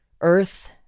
earth